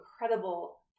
incredible